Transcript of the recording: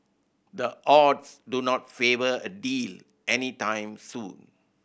the odds do not favour a deal any time soon